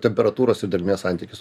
temperatūros ir drėgmės santykis